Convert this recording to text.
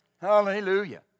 Hallelujah